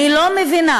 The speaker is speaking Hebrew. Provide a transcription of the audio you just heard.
אני לא מבינה,